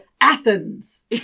athens